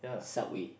Subway